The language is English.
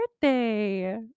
birthday